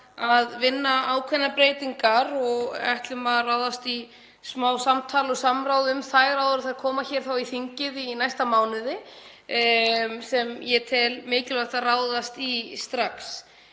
að vinna ákveðnar breytingar, og ætlum að ráðast í smá samtal og samráð um þær áður en þær koma hér inn í þingið í næsta mánuði, sem ég tel mikilvægt að ráðast í strax.